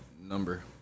number